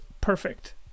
perfect